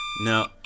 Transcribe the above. No